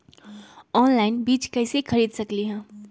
Online बीज कईसे खरीद सकली ह?